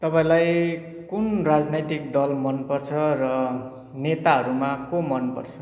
तपाईँलाई कुन राजनैतिक दल मनपर्छ र नेताहरूमा को मनपर्छ